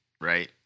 right